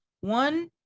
one